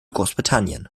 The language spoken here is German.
großbritannien